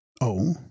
Oh